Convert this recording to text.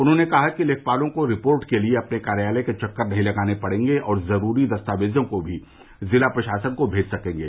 उन्होंने कहा कि लेखपालों को रिपोर्ट के लिए अपने कार्यालय के चक्कर नहीं लगाने पड़ेंगे और जरूरी दस्तावेजों को भी जिला प्रशासन को भेज सकेंगे